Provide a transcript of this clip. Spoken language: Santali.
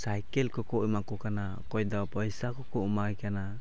ᱥᱟᱭᱠᱮᱹᱞ ᱠᱚᱠᱚ ᱮᱢᱟ ᱠᱚ ᱠᱟᱱᱟ ᱚᱠᱚᱭ ᱫᱚ ᱯᱚᱭᱥᱟ ᱠᱚᱠᱚ ᱮᱢᱟᱭ ᱠᱟᱱᱟ